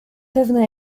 pewna